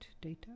data